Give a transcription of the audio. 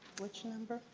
what's your number?